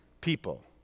people